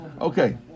Okay